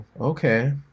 okay